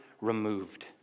removed